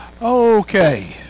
Okay